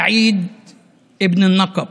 סעיד אבן אל-נקב,